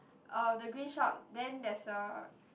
oh the green shop then there's a